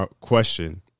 question